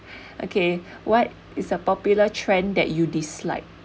okay what is a popular trend that you dislike